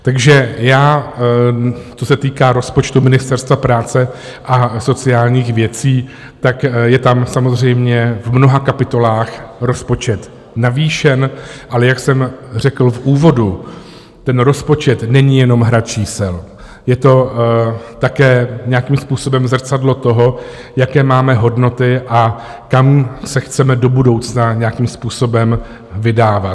Takže co se týká rozpočtu Ministerstva práce a sociálních věcí, je tam samozřejmě v mnoha kapitolách rozpočet navýšen, ale jak jsem řekl v úvodu, rozpočet není jenom hra čísel, je to také nějakým způsobem zrcadlo toho, jaké máme hodnoty a kam se chceme do budoucna nějakým způsobem vydávat.